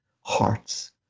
hearts